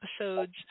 episodes